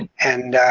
and and